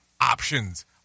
options